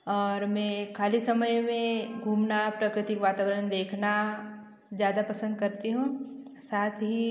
और मैं खाली समय में घूमना प्रकृतिक वातावरण देखना ज़्यादा पसंद करती हूँ साथ ही